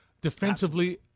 defensively